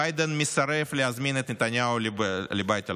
ביידן מסרב להזמין את נתניהו לבית הלבן.